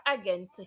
again